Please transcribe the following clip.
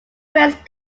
best